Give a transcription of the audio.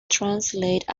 translated